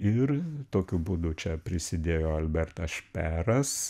ir tokiu būdu čia prisidėjo albertas šperas